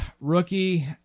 rookie